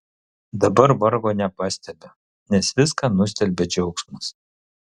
dabar vargo nepastebiu nes viską nustelbia džiaugsmas